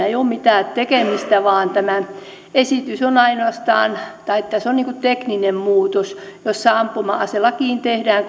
ei ole mitään tekemistä vaan tämä esitys on ainoastaan tekninen muutos jossa ampuma aselakiin tehdään